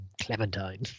Clementine